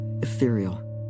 ethereal